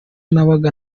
nabaga